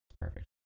Perfect